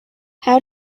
how